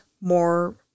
more